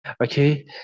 okay